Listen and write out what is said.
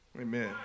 Amen